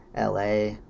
la